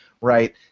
right